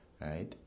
right